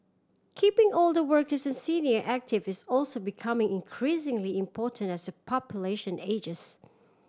keeping older workers and senior active is also becoming increasingly important as the population ages